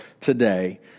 today